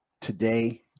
today